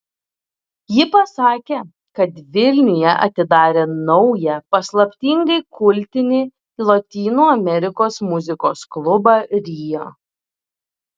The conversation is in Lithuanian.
ji pasakė kad vilniuje atidarė naują paslaptingai kultinį lotynų amerikos muzikos klubą rio